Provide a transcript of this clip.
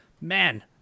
man